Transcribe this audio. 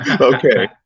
Okay